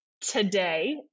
today